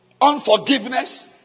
unforgiveness